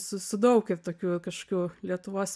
su su daug ir tokių kažkokių lietuvos